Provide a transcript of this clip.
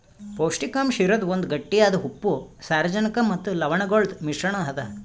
ಪೌಷ್ಟಿಕಾಂಶ ಇರದ್ ಒಂದ್ ಗಟ್ಟಿಯಾದ ಉಪ್ಪು, ಸಾರಜನಕ ಮತ್ತ ಲವಣಗೊಳ್ದು ಮಿಶ್ರಣ ಅದಾ